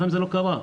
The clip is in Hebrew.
זה מעולם לא קרה.